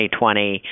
2020